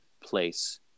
place